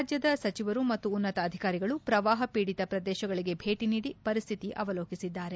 ರಾಜ್ಯದ ಸಚಿವರು ಮತ್ತು ಉನ್ನತ ಅಧಿಕಾರಿಗಳು ಪ್ರವಾಪ ಪೀಡಿತ ಪ್ರದೇಶಗಳಿಗೆ ಭೇಟಿ ನೀಡಿ ಪರಿಸ್ಥಿತಿ ಅವಲೋಕಿಸಿದ್ದಾರೆ